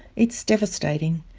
it's devastating.